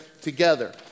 together